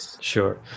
Sure